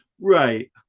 right